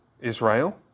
Israel